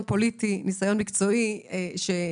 הפוליטי והמקצועי שלו.